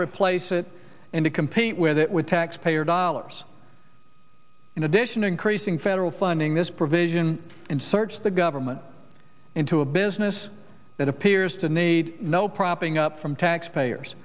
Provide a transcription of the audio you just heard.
replace it and to compete with it with taxpayer dollars in addition increasing federal funding this provision inserts the government into a business that appears to need no propping up from taxpayers